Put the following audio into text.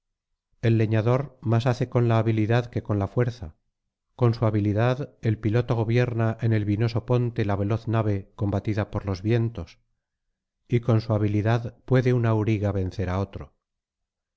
el leñador más hace con la habilidad que con la fuerza con su habilidad el piloto gobierna en el vinoso ponto la veloz nave combatida por los vientos y con su habilidad puede un auriga vencer á otro